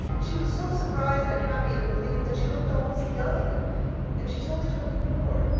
she was so surprised and happy and relieved that she looked almost young and she's only twenty-four.